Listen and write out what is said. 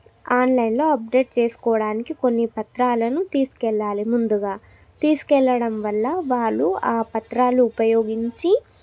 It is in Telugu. ఆన్లైన్లో అప్డేట్ చేసుకోవడానికి కొన్ని పత్రాలను తీసుకెళ్ళాలి ముందుగా తీసుకెళ్ళడం వల్ల వాళ్ళు ఆ పత్రాలు ఉపయోగించి